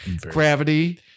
Gravity